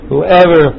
Whoever